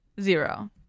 zero